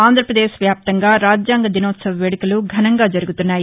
ఆంధ్రప్రదేశ్ వ్యాప్తంగా రాజ్యాంగ దినోత్సవ వేడుకలు ఘనంగా జరుగుతున్నాయి